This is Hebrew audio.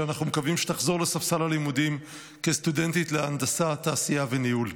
שאנחנו מקווים שתחזור לספסל הלימודים כסטודנטית להנדסת תעשייה וניהול.